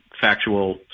factual